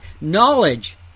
Knowledge